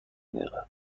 دقیقه